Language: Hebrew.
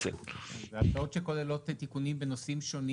זה הצעות שכוללות תיקונים בנושאים שונים